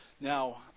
Now